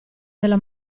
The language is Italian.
della